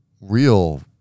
real